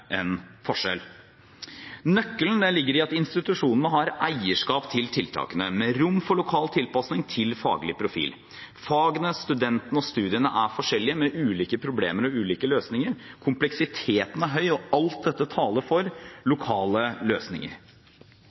en forskjell. Nøkkelen ligger i at institusjonene har eierskap til tiltakene, med rom for lokal tilpasning til faglig profil. Fagene, studentene og studiene er forskjellige, med ulike problemer og ulike løsninger, kompleksiteten er høy, og alt dette taler for lokale løsninger.